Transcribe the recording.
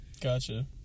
Gotcha